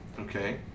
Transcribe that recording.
Okay